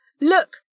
look